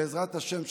בעזרת השם,